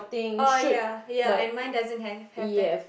oh ya ya and mine doesn't have have that